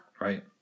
Right